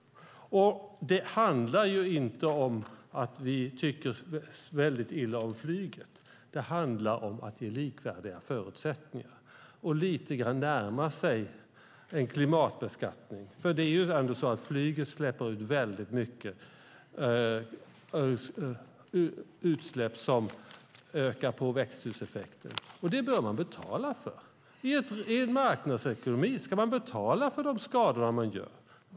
Det handlar inte om att vi tycker väldigt illa om flyget, utan det handlar om att ge likvärdiga förutsättningar och lite grann närma sig en klimatbeskattning. Det är ju ändå så att flyget släpper ut väldigt mycket som ökar på växthuseffekten, och det bör man betala för. I en marknadsekonomi ska man betala för de skador man gör.